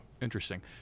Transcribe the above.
Interesting